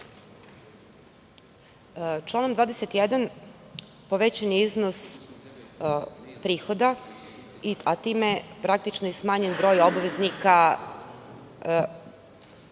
Članom 21. povećan je iznos prihoda, a time je praktično smanjen broj obveznika